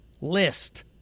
list